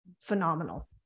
phenomenal